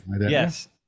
Yes